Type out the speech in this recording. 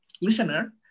listener